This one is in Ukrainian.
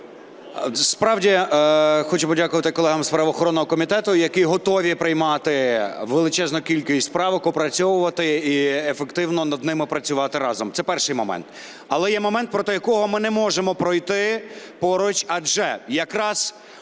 справді хочу подякувати колегам з правоохоронного комітету, які готові приймати величезну кількість правок, опрацьовувати і ефективно над ними працювати разом. Це перший момент. Але є момент, проти якого ми не можемо пройти поруч, адже якраз